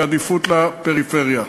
בעדיפות לפריפריה,